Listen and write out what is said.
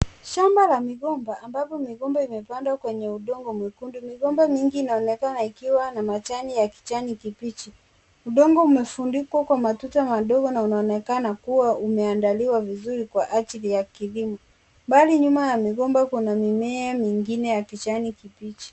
Shamba la migomba ambapo migomba imepandwa kwenye mchanga mwekundu. Migomba mingi inaonekana ikiwa na majani ya kijani kibichi. Udongo umefunikwa kwa matuta madogo na unaonekana kuwa umeandaliwa vizuri kwa ajili ya kilimo. Mbali nyuma ya migomba kuna mimea mingine ya kijani kibichi.